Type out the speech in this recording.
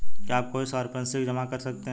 क्या आप कोई संपार्श्विक जमा कर सकते हैं?